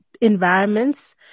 environments